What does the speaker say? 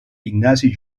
ignasi